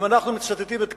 אם אנחנו מצטטים את קלאוזביץ,